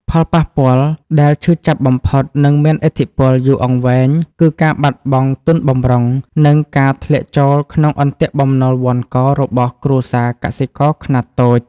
ផលប៉ះពាល់ដែលឈឺចាប់បំផុត និងមានឥទ្ធិពលយូរអង្វែង គឺការបាត់បង់ទុនបម្រុង និងការធ្លាក់ចូលក្នុងអន្ទាក់បំណុលវណ្ឌករបស់គ្រួសារកសិករខ្នាតតូច។